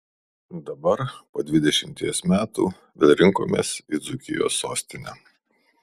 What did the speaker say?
dabar po dvidešimties metų vėl rinkomės į dzūkijos sostinę